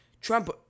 Trump